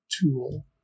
tool